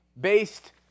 based